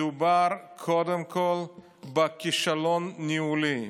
מדובר קודם כול בכישלון ניהולי.